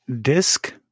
disc